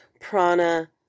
prana